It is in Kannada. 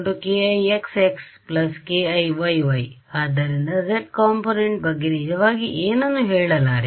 r→ kixx kiy y ಆದ್ದರಿಂದ z ಕೊಂಪೊನೆನ್ಟ್ ಬಗ್ಗೆ ನಿಜವಾಗಿ ಏನನ್ನೂ ಹೇಳಲಾರೆ